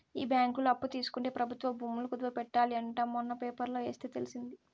ఈ బ్యాంకులో అప్పు తీసుకుంటే ప్రభుత్వ భూములు కుదవ పెట్టాలి అంట మొన్న పేపర్లో ఎస్తే తెలిసింది